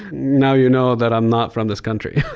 now you know that i'm not from this country.